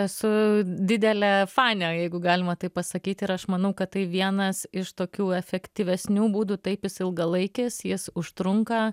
esu didelė fanė jeigu galima taip pasakyt ir aš manau kad tai vienas iš tokių efektyvesnių būdų taip jis ilgalaikis jis užtrunka